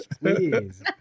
please